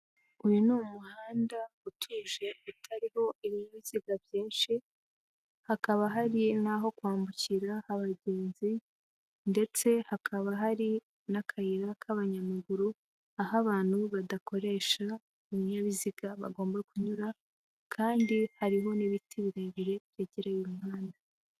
Uyu ni umuhanda utuje utariho ibinyabiziga byinshi, hakaba hari n'aho kwambukira, abagenzi ndetse hakaba hari n'akayira k'abanyamaguru, aho abantu badakoresha ibinyabiziga bagomba kunyura kandi hariho n'ibiti birebire byegereye uyu muhanda.